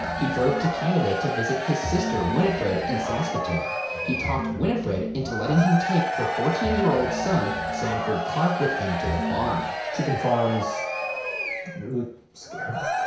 he drove to canada to visit his sister, winnifred, in saskatoon. he talked winnifred into letting him take her fourteen year old son, sanford clark, with him to the farm. chicken farms really scare me.